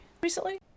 recently